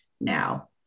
now